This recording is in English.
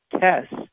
tests